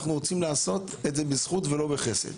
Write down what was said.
אנחנו רוצים לעשות את זה בזכות ולא בחסד.